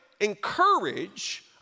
encourage